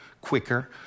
quicker